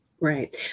Right